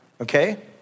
okay